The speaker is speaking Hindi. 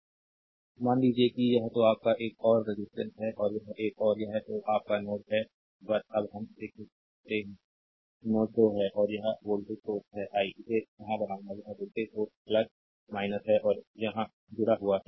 स्लाइड टाइम देखें 2750 मान लीजिए कि यह तो आप का एक और रेजिस्टेंस है और यह एक है यह तो आप का नोड 1 है बस अब हम इसे खींचते हैं नोड 2 है और यह वोल्टेज सोर्स है आई इसे यहां बनाऊंगा यह वोल्टेज सोर्स है और यहां जुड़ा हुआ है